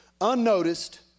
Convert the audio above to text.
unnoticed